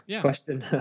question